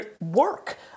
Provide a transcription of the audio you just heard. work